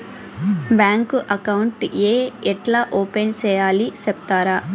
Bank account ఏ ఎట్లా open సేయాలి సెప్తారా?